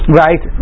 right